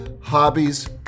hobbies